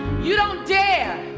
you don't dare